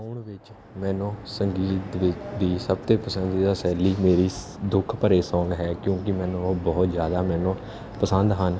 ਗਾਉਣ ਵਿੱਚ ਮੈਨੂੰ ਸੰਗੀਤ ਦੀ ਦੀ ਸਭ ਤੋਂ ਪਸੰਦੀਦਾ ਸ਼ੈਲੀ ਮੇਰੀ ਸ ਦੁੱਖ ਭਰੇ ਸੌਂਗ ਹੈ ਕਿਉਂਕਿ ਮੈਨੂੰ ਉਹ ਬਹੁਤ ਜ਼ਿਆਦਾ ਮੈਨੂੰ ਪਸੰਦ ਹਨ